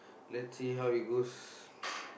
let's see how it goes